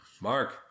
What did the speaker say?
Mark